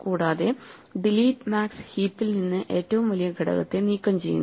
കൂടാതെ delete max ഹീപ്പിൽ നിന്ന് ഏറ്റവും വലിയ ഘടകത്തെ നീക്കംചെയ്യുന്നു